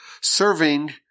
serving